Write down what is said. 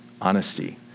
Honesty